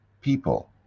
people